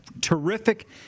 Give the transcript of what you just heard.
terrific –